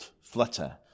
flutter